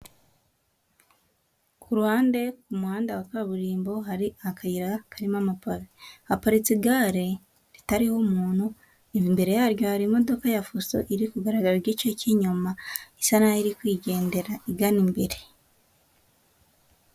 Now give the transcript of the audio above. Ku ruhande ku muhanda wa kaburimbo hari akayira karimo amapave, haparitse igare ritariho umuntu, imbere yaryo hari imodoka ya fuso iri kugaragara igice cy'inyuma bisa n'aho iri kwigendera igana imbere.